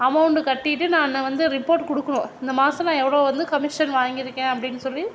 amount கட்டிவிட்டு நான் வந்து ரிப்போர்ட் கொடுக்குணும் இந்த மாதம் நான் எவ்வளோ வந்து கமிஷன் வாங்கியிருக்கேன் அப்படின்னு சொல்லி